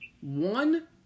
one